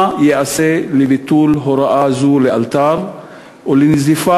מה ייעשה לביטול הוראה זאת לאלתר ולנזיפה